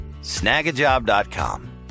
snagajob.com